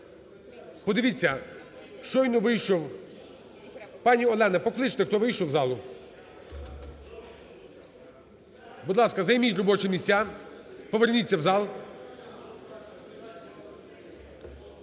Подивіться, щойно вийшов… Пані Олена, покличте, хто вийшов із залу. Будь ласка, займіть робочі місця, поверніться у зал.